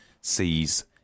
sees